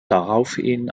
daraufhin